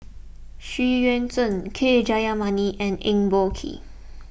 Xu Yuan Zhen K Jayamani and Eng Boh Kee